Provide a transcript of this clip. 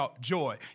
joy